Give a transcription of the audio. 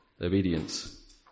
obedience